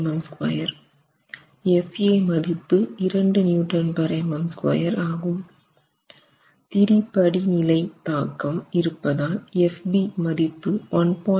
F a மதிப்பு 2 MPa ஆகும் திரி படிநிலை தாக்கம் இருப்பதால் Fb மதிப்பு 1